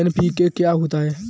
NPK क्या होता है?